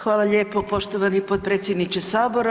Hvala lijepo poštovani potpredsjedniče sabora.